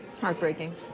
Heartbreaking